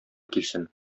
килсен